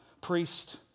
priest